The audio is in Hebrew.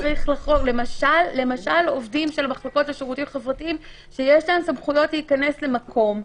למשל עובדים של מחלקות לשירותים חברתיים שיש להם סמכויות להיכנס למקום.